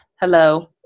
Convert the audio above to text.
hello